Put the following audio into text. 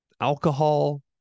alcohol